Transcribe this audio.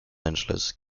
angeles